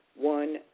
one